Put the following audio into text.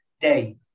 day